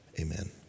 Amen